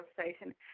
station